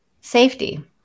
safety